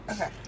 Okay